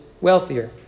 wealthier